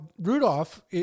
Rudolph